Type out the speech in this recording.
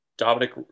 Dominic